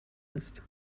ist